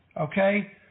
okay